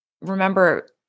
remember